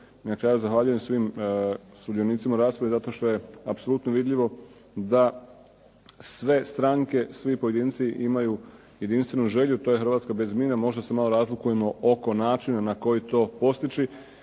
na kraju zahvaljujem svim sudionicima u raspravi zato što je apsolutno vidljivo da sve stranke, svi pojedinci imaju jedinstvenu želju, to je Hrvatska bez mina. Možda se malo razlikujemo oko načina na koji to postići,